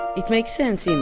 it makes sense, imma.